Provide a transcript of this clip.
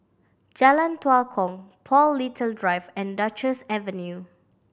Jalan Tua Kong Paul Little Drive and Duchess Avenue